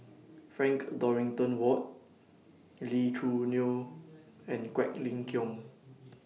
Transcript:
Frank Dorrington Ward Lee Choo Neo and Quek Ling Kiong